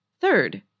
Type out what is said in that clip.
Third